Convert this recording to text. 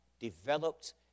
developed